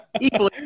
Equally